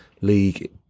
league